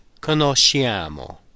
conosciamo